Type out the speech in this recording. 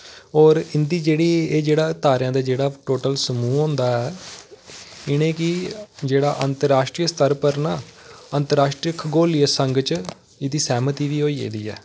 होर इंदी जेह्ड़ी एह् जेह्ड़ा तारेआं दा जेह्ड़ा टोटल समूह् होंदा ऐ इ'नें गी जेह्ड़ा अन्तराष्ट्रीय स्तर पर ना अन्तराष्ट्रीय खगोलीय संघ च एह्दी सैह्मती बी होई गेदी ऐ